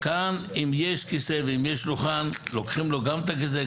כאן אם יש כיסא ואם יש שולחן לוקחים לו גם את הכיסא,